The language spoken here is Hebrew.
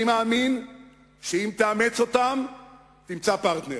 אני מאמין שאם תאמץ אותם תמצא פרטנר,